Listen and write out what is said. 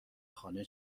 خانه